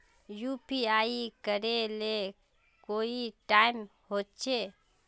UPI करे ले कोई टाइम होचे?